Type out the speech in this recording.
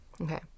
Okay